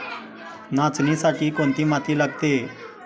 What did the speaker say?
नाचणीसाठी कोणती माती लागते?